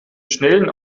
schnellen